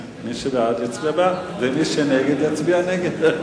ועדת הכנסת להוסיף ממלאי-מקום קבועים בוועדות הכנסת נתקבלה.